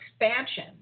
expansion